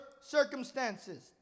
circumstances